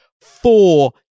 four